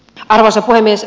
arvoisa puhemies